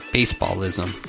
Baseballism